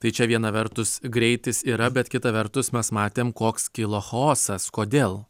tai čia viena vertus greitis yra bet kita vertus mes matėm koks kilo chaosas kodėl